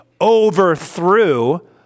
overthrew